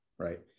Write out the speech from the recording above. Right